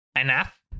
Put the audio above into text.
enough